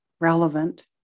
relevant